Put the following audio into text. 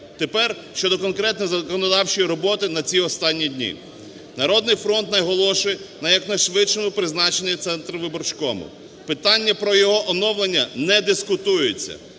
Тепер щодо конкретної законодавчої роботи на ці останні дні. "Народний фронт" наголошує на якнайшвидшому призначенні Центрвиборчкому. Питання про його оновлення не дискутується: